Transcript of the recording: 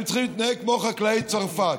הם צריכים להתנהג כמו חקלאי צרפת.